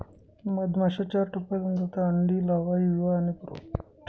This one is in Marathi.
मधमाश्या चार टप्प्यांतून जातात अंडी, लावा, युवा आणि प्रौढ